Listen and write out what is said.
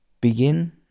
begin